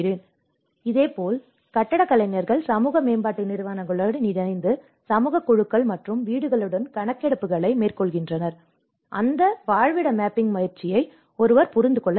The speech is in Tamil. எனவே இதேபோல் கட்டடக் கலைஞர்கள் சமூக மேம்பாட்டு நிறுவனங்களுடன் இணைந்து சமூகக் குழுக்கள் மற்றும் வீடுகளுடன் கணக்கெடுப்புகளை மேற்கொள்கின்றனர் ஏனெனில் அந்த வாழ்விட மேப்பிங் பயிற்சியை ஒருவர் புரிந்து கொள்ள வேண்டும்